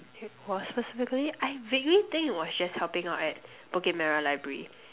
it was specifically I vaguely think it was just helping out at bukit-merah library